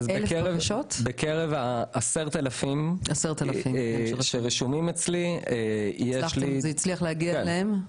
בקרב 10,000 שרשומים אצלי יש לי --- זה הצליח להגיע אליהם?